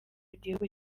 gihugu